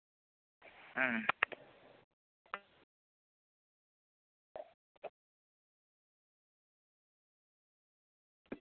ᱦᱩᱸ